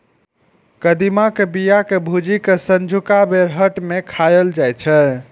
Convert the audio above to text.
कदीमा के बिया कें भूजि कें संझुका बेरहट मे खाएल जाइ छै